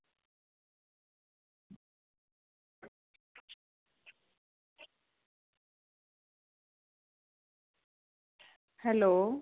hello